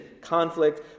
conflict